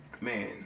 Man